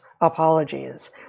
Apologies